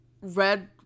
red